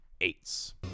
eights